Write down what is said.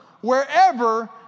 wherever